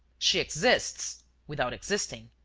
she exists. without existing.